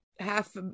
Half